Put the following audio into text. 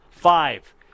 five